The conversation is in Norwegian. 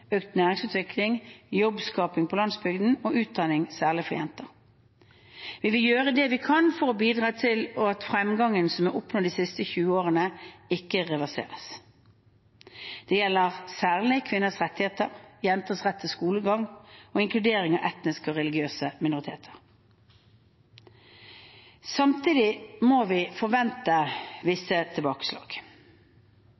økt næringsutvikling og jobbskaping på landsbygden, og utdanning, særlig for jenter. Vi vil gjøre det vi kan for å bidra til at fremgangen som er oppnådd de siste 20 årene, ikke reverseres. Dette gjelder særlig kvinners rettigheter, jenters rett til skolegang og inkludering av etniske og religiøse minoriteter. Samtidig må vi forvente